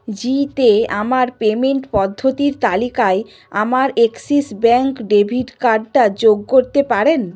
জী তে আমার পেমেন্ট পদ্ধতির তালিকায় আমার অ্যাক্সিস ব্যাঙ্ক ডেবিট কার্ডটা যোগ করতে পারেন